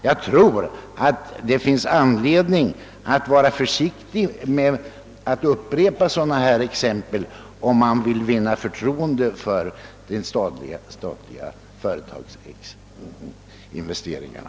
Jag tror att det finns anledning att vara försiktig med att upprepa detta exempel, om man vill vinna förtroende för de statliga investeringarna.